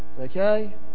Okay